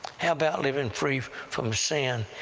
how about living free from sin,